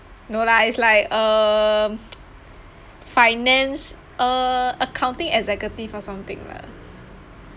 no lah it's like um finance uh accounting executive or something lah